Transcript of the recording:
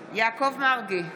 מרגי,